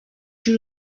you